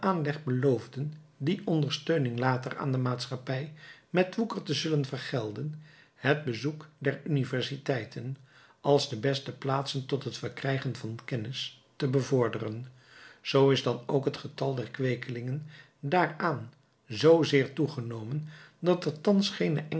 aanleg beloofden die ondersteuning later aan de maatschappij met woeker te zullen vergelden het bezoek der universiteiten als de beste plaatsen tot het verkrijgen van kennis te bevorderen zoo is dan ook het getal der kweekelingen daaraan zoozeer toegenomen dat er thans geene